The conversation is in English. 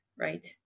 Right